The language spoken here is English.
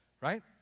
right